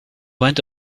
went